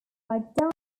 like